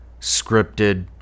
scripted